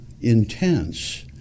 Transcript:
intense